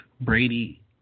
brady